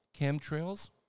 chemtrails